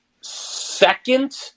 second